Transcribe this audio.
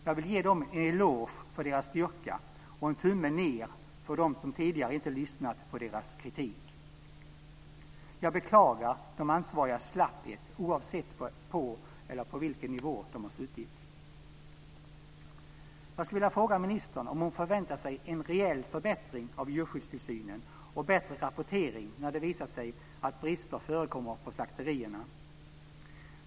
Jag vill ge dem en eloge för deras styrka och en tumme ned för dem som tidigare inte lyssnat på deras kritik. Jag beklagar de ansvarigas slapphet oavsett var eller på vilken nivå de har suttit. Jag skulle vilja fråga ministern om hon förväntar sig en reell förbättring av djurskyddstillsynen och bättre rapportering när det visat sig att brister förekommer på slakterierna.